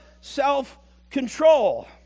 self-control